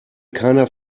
keiner